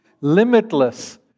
limitless